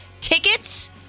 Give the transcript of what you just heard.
Tickets